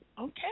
okay